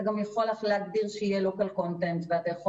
אתה גם יכול להגדיר שיהיה local content ואתה יכול